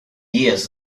years